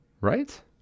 Right